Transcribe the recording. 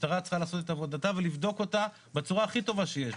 המשטרה צריכה לעשות את עבודתה ולבדוק אותה בצורה הכי טובה שיש,